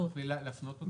תוכלי להפנות אותי מכוח מה?